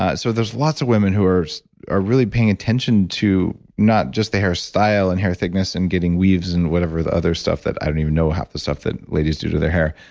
ah so, there's lots of women who are are really paying attention to not just the hair style, and hair thickness, and getting weaves, and whatever the other stuff that i don't even know half the stuff that ladies do to their hair.